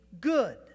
good